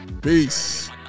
Peace